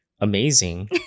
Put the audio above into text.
amazing